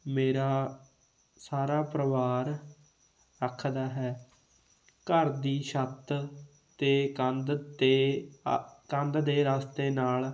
ਮੇਰਾ ਸਾਰਾ ਪਰਿਵਾਰ ਰੱਖਦਾ ਹੈ ਘਰ ਦੀ ਛੱਤ ਅਤੇ ਕੰਧ ਅਤੇ ਕੰਧ ਦੇ ਰਸਤੇ ਨਾਲ